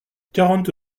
quarante